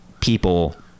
people